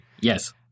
Yes